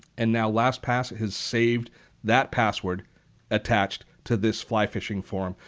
and now lastpass has saved that password attached to this fly fishing forum.